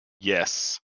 Yes